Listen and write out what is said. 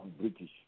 British